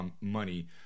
money